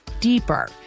deeper